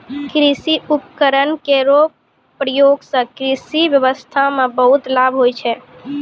कृषि उपकरण केरो प्रयोग सें कृषि ब्यबस्था म बहुत लाभ होय छै